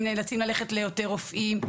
הם נאלצים ללכת ליותר רופאים.